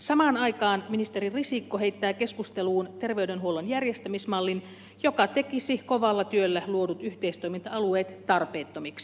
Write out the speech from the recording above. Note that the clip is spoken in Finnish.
samaan aikaan ministeri risikko heittää keskusteluun terveydenhuollon järjestämismallin joka tekisi kovalla työllä luodut yhteistoiminta alueet tarpeettomiksi